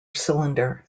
cylinder